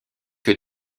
que